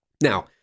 Now